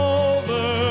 over